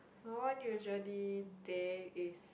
my one usually teh is